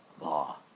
law